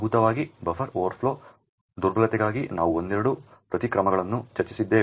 ಮೂಲಭೂತವಾಗಿ buffer overflow ದುರ್ಬಲತೆಗಾಗಿ ನಾವು ಒಂದೆರಡು ಪ್ರತಿಕ್ರಮಗಳನ್ನು ಚರ್ಚಿಸಿದ್ದೇವೆ